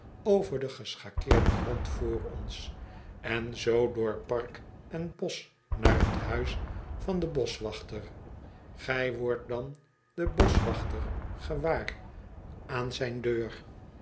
over den geschakeerden grond voor ons en zoo door park en bosch naar t huis van den boschwachter gij wordt dan den boschwachter gewaar aan zyn deur